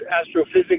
astrophysics